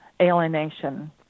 Alienation